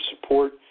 support